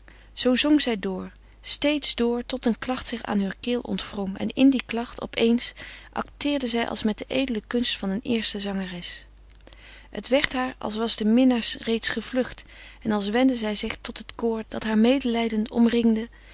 zoo zong zij door steeds door tot een klacht zich aan heur keel ontwrong en in die klacht op eens acteerde zij als met de edele kunst eener eerste zangeres het werd haar als was de minnaar reeds gevlucht en als wendde zij zich tot het koor dat haar medelijdend omringde